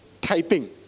typing